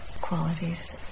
qualities